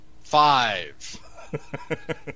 five